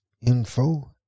info